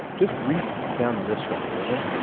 just read down the list for me, would you?